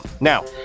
Now